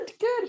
good